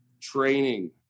training